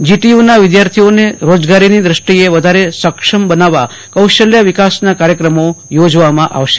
જીટીયુના વિદ્યાર્થીઓને રોજગારીની દૃષ્ટિએ વધારે સક્ષમ બનાવવા કૌશલ્ય વિકાસના કાર્યક્રમો યોજવામાં આવશે